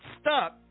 stuck